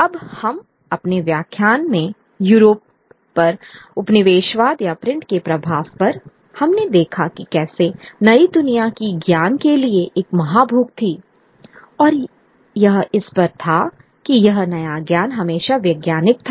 अब हम अपने व्याख्यान में यूरोप पर उपनिवेशवाद या प्रिंट के प्रभाव पर हमने देखा कि कैसे नई दुनिया की ज्ञान के लिए एक महा भूख थी और यह इस पर था कि यह नया ज्ञान हमेशा वैज्ञानिक था